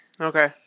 Okay